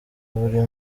buri